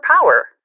power